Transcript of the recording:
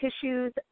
tissues